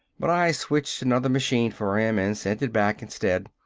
but i switched another machine for him and sent it back, instead.